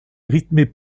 rythmé